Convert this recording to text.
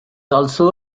also